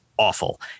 awful